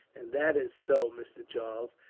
and that is so, mr. charles,